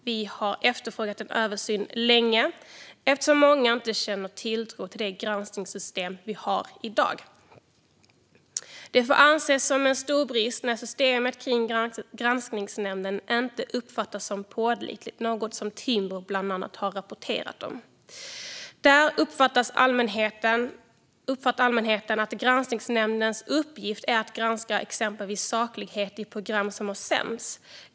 Vi har länge efterfrågat en översyn eftersom många inte känner tilltro till det granskningssystem vi har i dag. Det får anses som en stor brist när systemet kring granskningsnämnden inte uppfattas som pålitligt, något som bland annat Timbro har rapporterat om. Allmänheten uppfattar att granskningsnämndens uppgift är att granska exempelvis sakligheten i program som har sänts.